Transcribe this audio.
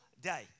day